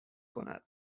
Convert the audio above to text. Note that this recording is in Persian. کند